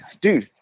dude